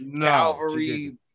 Calvary